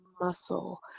muscle